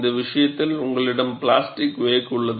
இந்த விசயத்தில் உங்களிடம் பிளாஸ்டிக் வேக் உள்ளது